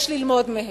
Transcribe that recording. יש ללמוד מהם.